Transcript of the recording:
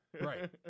Right